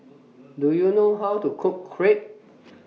Do YOU know How to Cook Crepe